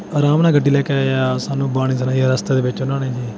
ਆਰਾਮ ਨਾਲ ਗੱਡੀ ਲੈ ਕੇ ਆਇਆ ਸਾਨੂੰ ਬਾਣੀ ਸੁਣਾਈ ਆ ਰਾਸਤੇ ਦੇ ਵਿੱਚ ਉਹਨਾਂ ਨੇ ਜੀ